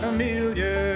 Amelia